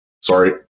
Sorry